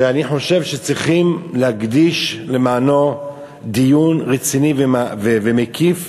שאני חושב שצריכים להקדיש למענו דיון רציני ומקיף,